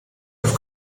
auf